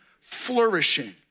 flourishing